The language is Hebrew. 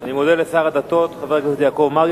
אני מודה לשר הדתות חבר הכנסת יעקב מרגי.